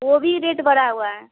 वह भी रेट बढ़ा हुआ है